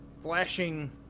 flashing